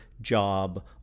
job